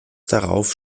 darauf